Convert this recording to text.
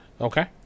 Okay